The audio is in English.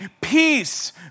Peace